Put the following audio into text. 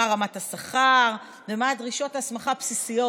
מה רמת השכר ומה דרישות ההסמכה הבסיסיות